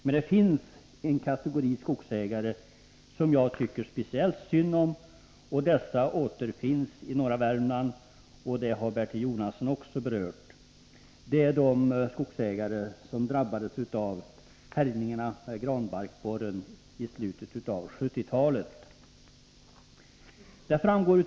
Men det finns en kategori skogsägare som jag tycker speciellt synd om, och de återfinns i norra Värmland, vilket också Bertil Jonasson nämnde. Det är de skogsägare som i slutet av 1970-talet drabbades av granbarkborrens härjningar.